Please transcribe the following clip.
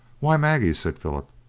why, maggie, said philip,